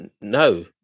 no